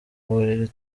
buriri